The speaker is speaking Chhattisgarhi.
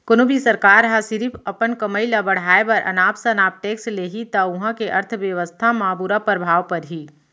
कोनो भी सरकार ह सिरिफ अपन कमई ल बड़हाए बर अनाप सनाप टेक्स लेहि त उहां के अर्थबेवस्था म बुरा परभाव परही